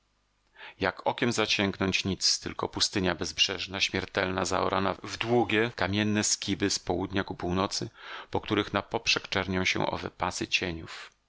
jak okiem zasięgnąć nic tylko pustynia bezbrzeżna śmiertelna zorana w długie kamienne skiby z południa ku północy po których na poprzek czernią się owe pasy cieniów